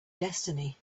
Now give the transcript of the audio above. destiny